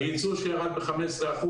היצוא שירד ב-15%.